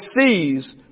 sees